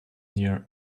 near